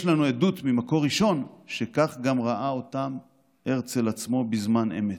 יש לנו עדות ממקור ראשון שכך גם ראה אותם הרצל עצמו בזמן אמת: